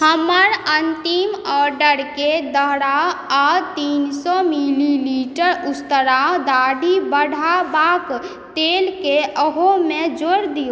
हमर अन्तिम ऑडरके दोहराउ आओर तीन सौ मिलीलीटर उस्तरा दाढ़ी बढ़ेबा तेलके ओहिमे जोड़ि दिऔ